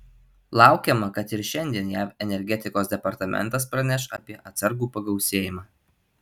laukiama kad ir šiandien jav energetikos departamentas praneš apie atsargų pagausėjimą